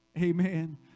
Amen